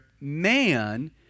man